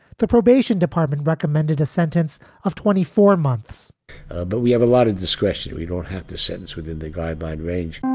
the probation department recommended a sentence of twenty four months but we have a lot of discretion. we don't have to shen's within the guideline range